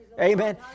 Amen